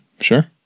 sure